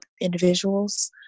individuals